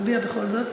נצביע בכל זאת,